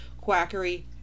quackery